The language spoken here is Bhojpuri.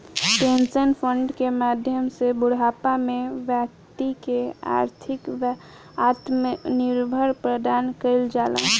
पेंशन फंड के माध्यम से बूढ़ापा में बैक्ति के आर्थिक आत्मनिर्भर प्रदान कईल जाला